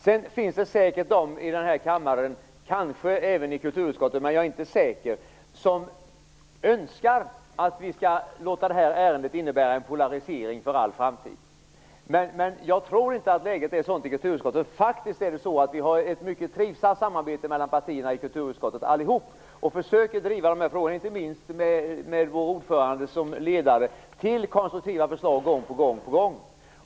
Det finns säkert de i den här kammaren, kanske även i kulturutskottet, men jag är inte säker, som önskar att vi skall låta det här ärendet innebära en polarisering för all framtid. Men jag tror inte att läget är sådant i kulturutskottet. Faktiskt är det så att vi har ett mycket trivsamt samarbete mellan alla partierna i kulturutskottet och försöker, inte minst med vår ordförande som ledare, att driva frågorna till konstruktiva förslag gång på gång.